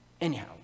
Anyhow